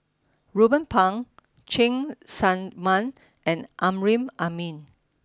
Ruben Pang Cheng Tsang Man and Amrin Amin